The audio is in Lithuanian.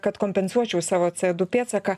kad kompensuočiau savo ce du pėdsaką